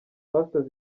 pastor